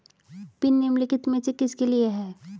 Pin निम्नलिखित में से किसके लिए है?